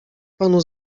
panu